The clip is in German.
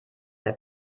der